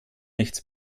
nichts